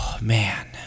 man